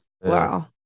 Wow